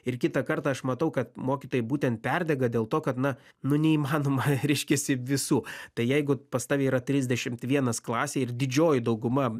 ir kitą kartą aš matau kad mokytojai būtent perdega dėl to kad na nu neįmanoma reiškiasi visų tai jeigu pas tave yra trisdešimt vienas klasėj ir didžioji dauguma